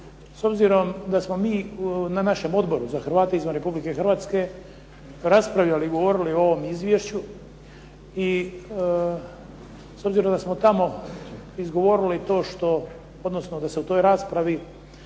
S obzirom da smo mi na našem Odboru za Hrvate izvan Republike Hrvatske raspravljali, govorili o ovom izvješću i s obzirom da smo tamo izgovorili to odnosno da se u toj raspravi